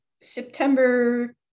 September